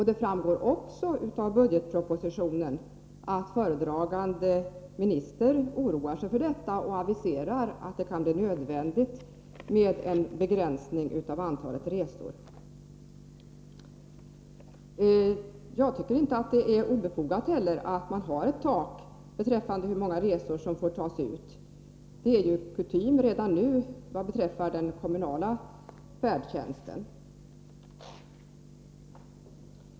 Det framgår också av budgetpropositionen att föredragande statsrådet oroar sig för kostnaderna och aviserar att det kan bli nödvändigt med en begränsning av antalet resor. Jag tycker inte, att det är obefogat att man har ett tak beträffande det antal resor som får tas ut. Det är ju kutym redan nu beträffande den kommunala färdtjänsten.